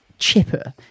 chipper